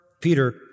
Peter